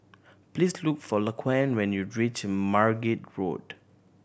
please look for Laquan when you reach Margate Road